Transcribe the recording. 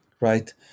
right